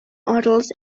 hotels